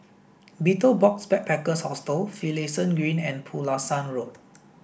Betel Box Backpackers Hostel Finlayson Green and Pulasan Road